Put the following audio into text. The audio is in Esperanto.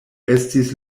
estis